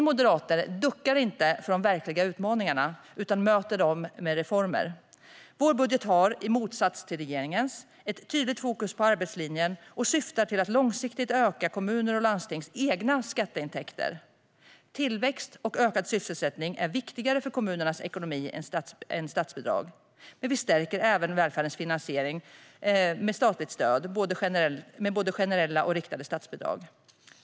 Vi moderater duckar inte för de verkliga utmaningarna utan möter dem med reformer. Vi har med vår budget, i motsats till regeringen, ett tydligt fokus på arbetslinjen och syftar till att långsiktigt öka kommuners och landstings egna skatteintäkter. Tillväxt och ökad sysselsättning är viktigare för kommunernas ekonomi än statsbidrag. Men vi stärker även välfärdens finansiering med statligt stöd, med både generella och riktade statsbidrag.